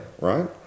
right